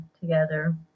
together